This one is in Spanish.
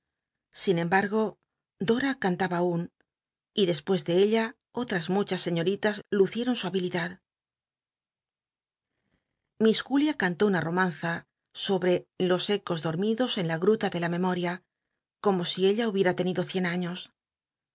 sin embargo dora cantaba aun y despues de ella otras muchas señoritas lucieron su habilidad liss julia cantó una romanza sobre los ecos dol'midos tll la uta de la memoi'í l como si ella hubiera tenido cien años